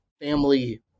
family